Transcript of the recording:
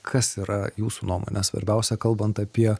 kas yra jūsų nuomone svarbiausia kalbant apie